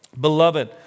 Beloved